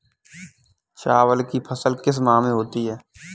चावल की फसल किस माह में होती है?